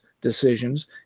decisions